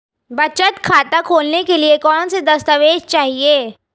बचत खाता खोलने के लिए कौनसे दस्तावेज़ चाहिए?